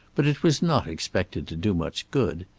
but it was not expected to do much good.